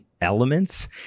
elements